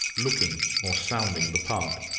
looking or sounding the part.